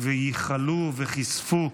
וייחלו וכיספו,